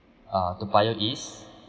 uh Toa Payoh east